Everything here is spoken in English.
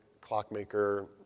clockmaker